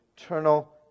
eternal